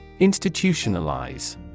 Institutionalize